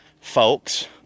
folks